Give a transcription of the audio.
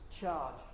charge